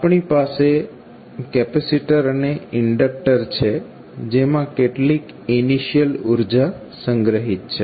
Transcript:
આપણી પાસે કેપેસીટર અને ઇન્ડક્ટર છે જેમાં કેટલીક ઇનિશિયલ ઉર્જા સંગ્રહિત છે